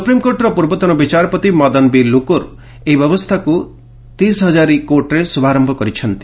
ସୁପ୍ରମିକୋର୍ଟର ପୂର୍ବତନ ବିଚାରପତି ମଦନ ବି ଲୋକୁର ଏହି ବ୍ୟବସ୍ଥାକୁ ତିସ୍ ହଜାରୀ କୋର୍ଟରେ ଶୁଭାରୟ କରିଛନ୍ତି